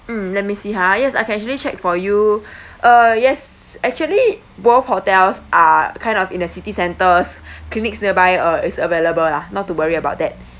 mm let me see ha yes I can actually check for you uh yes actually both hotels are kind of in the city centres clinics nearby uh is available lah not to worry about that